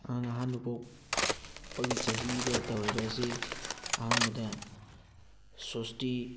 ꯑꯉꯥꯡ ꯑꯍꯥꯟꯕ ꯄꯣꯛ ꯄꯒꯤ ꯆꯍꯤꯗ ꯇꯧꯔꯤꯕ ꯑꯁꯤ ꯑꯍꯥꯟꯕꯗ ꯁꯣꯁꯇꯤ